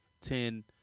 ten